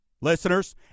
listeners